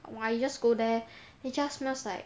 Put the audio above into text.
!wah! you just go there it just smells like